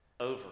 Over